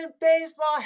baseball